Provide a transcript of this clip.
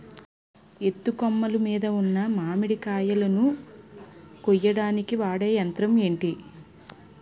ఎత్తు కొమ్మలు మీద ఉన్న మామిడికాయలును కోయడానికి వాడే యంత్రం ఎంటి?